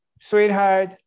sweetheart